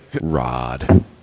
Rod